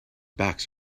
backs